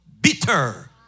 bitter